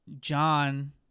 John